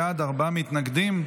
11),